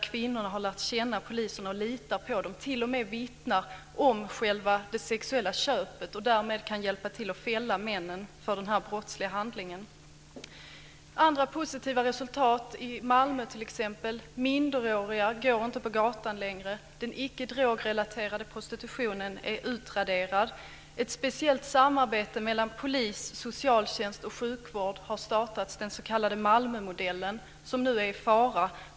Kvinnorna har lärt känna poliserna och litar på dem. De vittnar t.o.m. om det sexuella köpet och kan därmed hjälpa till att fälla männen för den brottsliga handlingen. Andra positiva resultat i Malmö, t.ex., är att minderåriga inte längre går på gatan. Den icke drogrelaterade prostitutionen är utraderad. Ett speciellt samarbete mellan polis, socialtjänst och sjukvård har startats - den s.k. Malmömodellen, som nu är i fara.